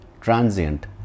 transient